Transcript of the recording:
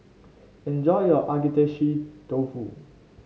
enjoy your Agedashi Dofu